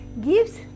gives